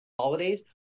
Holidays